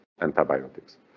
antibiotics